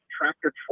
tractor